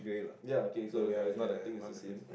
ya okay so I I think is the same